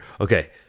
Okay